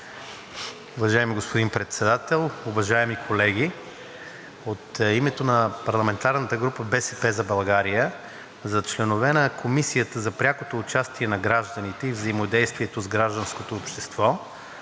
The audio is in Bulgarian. Уважаеми господин Председател, уважаеми колеги! От името на парламентарната група „БСП за България“ за членове на Комисията за прякото участие на гражданите и взаимодействието с гражданското общество